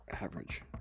Average